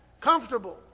comfortable